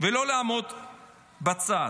ולא לעמוד בצד.